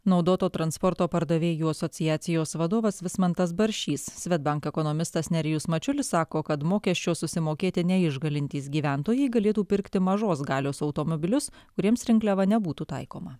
naudoto transporto pardavėjų asociacijos vadovas vismantas baršys svedbank ekonomistas nerijus mačiulis sako kad mokesčio susimokėti neišgalintys gyventojai galėtų pirkti mažos galios automobilius kuriems rinkliava nebūtų taikoma